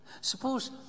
Suppose